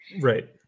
right